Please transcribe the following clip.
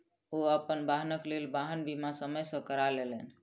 ओ अपन वाहनक लेल वाहन बीमा समय सॅ करा लेलैन